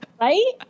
Right